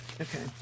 Okay